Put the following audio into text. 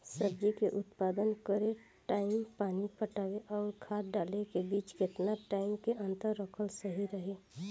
सब्जी के उत्पादन करे टाइम पानी पटावे आउर खाद डाले के बीच केतना टाइम के अंतर रखल सही रही?